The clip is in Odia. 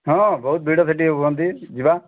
ହଁ ବହୁତ ଭିଡ଼ ସେଠି ହୁଅନ୍ତି ଯିବା